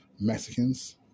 Mexicans